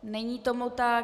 Není tomu tak.